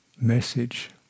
message